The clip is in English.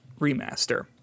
remaster